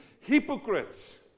hypocrites